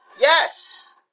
Yes